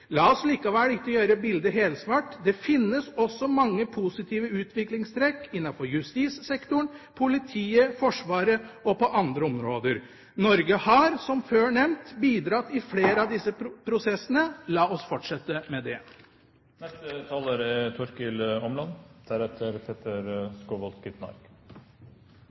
La oss likevel ikke gjøre bildet helsvart. Det finnes også mange positive utviklingstrekk innenfor justissektoren, politiet, forsvaret og på andre områder. Norge har, som før nevnt, bidratt til flere av disse prosessene. La oss fortsette med